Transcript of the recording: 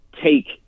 take